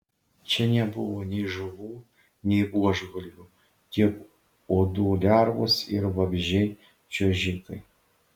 čia nebuvo nei žuvų nei buožgalvių tik uodų lervos ir vabzdžiai čiuožikai